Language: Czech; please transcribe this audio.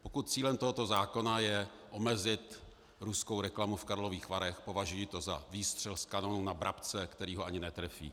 Pokud cílem tohoto zákona je omezit ruskou reklamu v Karlových Varech, považuji to za výstřel z kanonů na vrabce, který ho ani netrefí.